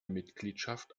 mitgliedschaft